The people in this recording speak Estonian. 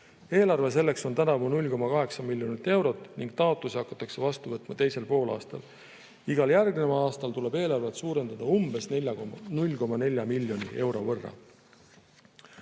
Eelarve selleks on tänavu 0,8 miljonit eurot ning taotlusi hakatakse vastu võtma teisel poolaastal. Igal järgneval aastal tuleb eelarvet suurendada umbes 0,4 miljoni euro võrra.